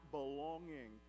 belonging